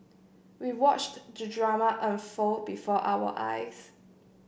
we watched the drama unfold before our eyes